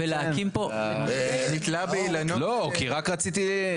לא, כי רק רציתי.